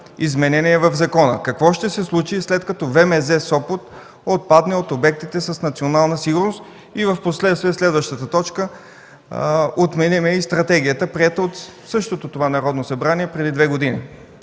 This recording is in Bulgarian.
изменение в закона? Какво ще се случи след като ВМЗ – Сопот, отпадне от обектите с национална сигурност и в последствие следващата точка отменим и стратегията, приета от същото това Народно събрание преди две години?